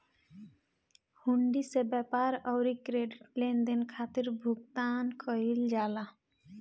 हुंडी से व्यापार अउरी क्रेडिट लेनदेन खातिर भुगतान कईल जाला